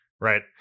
Right